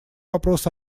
вопрос